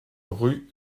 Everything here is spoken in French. rue